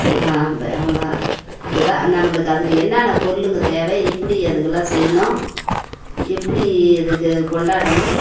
அப்போ அவ்வளோ அப்படி தான் நம்மளுக்கு அதுக்கு என்னான்னா பொருளுங்க தேவை எப்படி அதுக எல்லாம் செய்யணும் எப்படி இதுக்கு கொண்டாடணும்